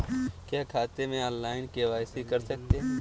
क्या खाते में ऑनलाइन के.वाई.सी कर सकते हैं?